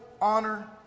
honor